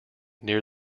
near